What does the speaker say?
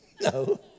No